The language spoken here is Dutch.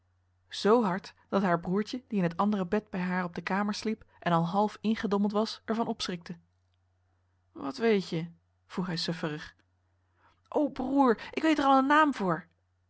hard dat haar broertje die in het andere bed bij haar op de kamer sliep en al half ingedommeld was er van opschrikte henriette van noorden weet je nog wel van toen wat weet je vroeg hij sufferig o broer ik weet er al een naam voor